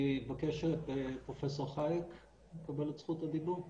אני אבקש שפרופ' חאיק יקבל את זכות הדיבור.